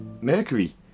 Mercury